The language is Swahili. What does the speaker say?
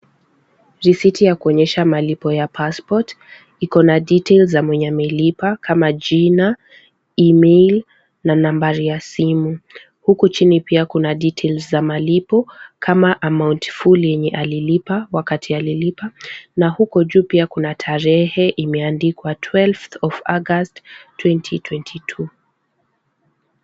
Risiti ya kuonyesha malipo ya passport iko na details za mwenye amelipa kama jina email na nambari ya simu. Huku chini pia kuna details za malipo kama amount full yenye alilipa, wakati alilipa na huko juu pia kuna tarehe imeendikwa twelveth of August 2022 .